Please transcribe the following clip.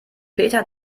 peter